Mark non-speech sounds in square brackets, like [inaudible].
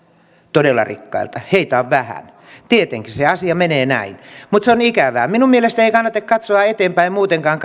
todella rikkailta heitä on vähän tietenkin se asia menee näin mutta se on ikävää minun mielestäni ei kannata katsoa taaksepäin muutenkaan [unintelligible]